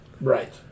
Right